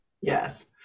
Yes